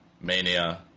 Mania